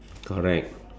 correct